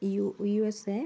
U USA